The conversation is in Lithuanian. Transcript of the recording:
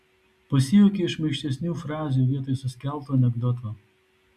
pasijuokia iš šmaikštesnių frazių vietoj suskelto anekdoto